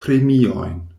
premiojn